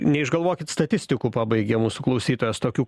neišgalvokit statistikų pabaigė mūsų klausytojas tokiu